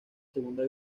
segunda